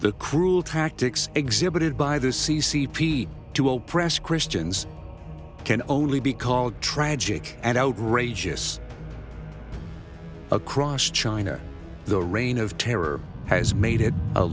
the cruel tactics exhibited by the c c p to oppress christians can only be called tragic and outrageous across china the reign of terror has made it a